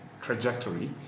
trajectory